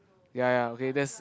ya ya okay that's